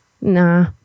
Nah